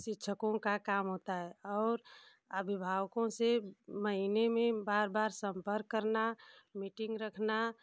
शिक्षकों का काम होता है और अभिभावकों से महीने में बार बार सम्पर्क करना मीटिंग रखना